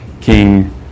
King